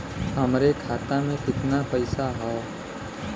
हमरे खाता में कितना पईसा हौ?